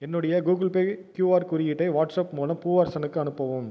என்னுடைய Google Pay QR குறியீட்டை WhatsApp மூலம் பூவரசனுக்கு அனுப்பவும்